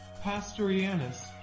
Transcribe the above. pastorianus